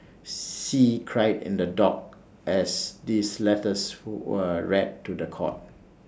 see cried in the dock as these letters were read to The Court